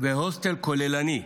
והוסטל כוללני,